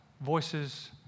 voices